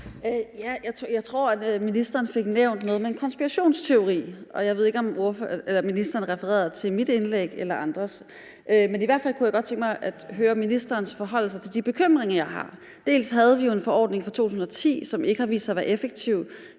Jeg tror, at ministeren fik nævnt noget med en konspirationsteori, og jeg ved ikke, om ministeren refererede til mit indlæg eller til andres. Men i hvert fald kunne jeg godt tænke mig at høre ministeren forholde sig til de bekymringer, jeg har. Dels havde vi jo en forordning fra 2010, som ikke har vist sig at være effektiv.